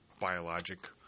biologic